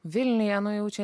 vilniuje nu jau čia